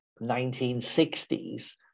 1960s